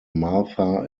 martha